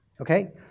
Okay